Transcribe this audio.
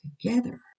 together